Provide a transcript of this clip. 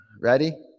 Ready